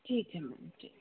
ठीक है मैडम ठीक है